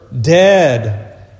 dead